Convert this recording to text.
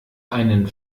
einen